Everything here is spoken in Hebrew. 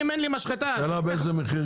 אם אין לי משחטה ש -- השאלה באיזה מחיר.